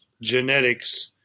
genetics